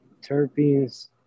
terpenes